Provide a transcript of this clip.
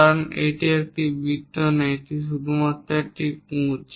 কারণ এটি একটি বৃত্ত নয় এটি শুধুমাত্র একটি কুঁজ